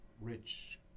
rich